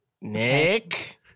nick